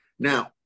Now